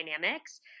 dynamics